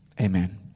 amen